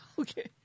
Okay